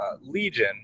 Legion